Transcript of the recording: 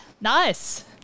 Nice